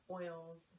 oils